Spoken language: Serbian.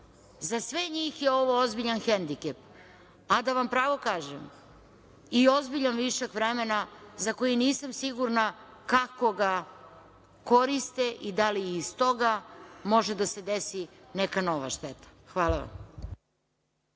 za sve njih je ovo ozbiljan hendikep, a da vam pravo kažem i ozbiljan višak vremena za koji nisam sigurna kako ga koriste i da li iz toga može da se desi neka nova šteta. Hvala vam.